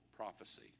prophecy